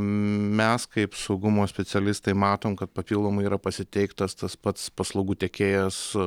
mes kaip saugumo specialistai matom kad papildomai yra pasiteiktas tas pats paslaugų tiekėjas